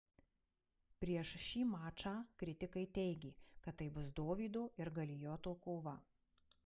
prieš šį mačą kritikai teigė kad tai bus dovydo ir galijoto kova